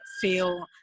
feel